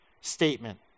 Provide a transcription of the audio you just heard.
statement